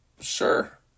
Sure